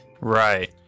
Right